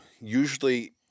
usually